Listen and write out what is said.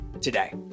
today